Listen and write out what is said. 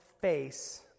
face